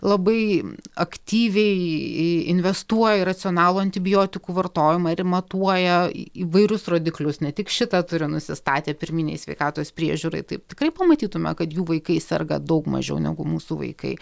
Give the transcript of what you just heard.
labai aktyviai į investuoja į racionalų antibiotikų vartojimą ir matuoja į įvairius rodiklius ne tik šitą turi nusistatę pirminei sveikatos priežiūrai taip tikrai pamatytume kad jų vaikai serga daug mažiau negu mūsų vaikai